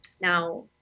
now